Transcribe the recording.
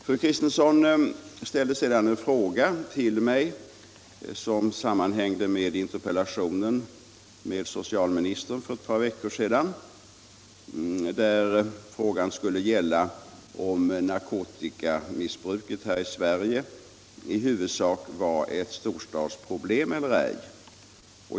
Fru Kristensson ställde en fråga till mig som sammanhängde med interpellationsdebatten med socialministern för ett par veckor sedan, där debatten gällde om narkotikamissbruket här i Sverige i huvudsak var ett storstadsproblem eller ej.